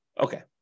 Okay